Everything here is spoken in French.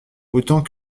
autant